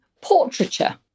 portraiture